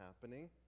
happening